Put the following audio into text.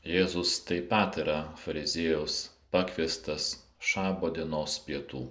jėzus taip pat yra fariziejaus pakviestas šabo dienos pietų